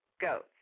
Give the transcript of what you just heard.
goats